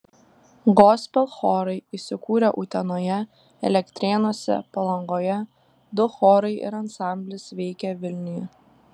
gospel chorai įsikūrę utenoje elektrėnuose palangoje du chorai ir ansamblis veikia vilniuje